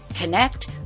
connect